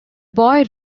boy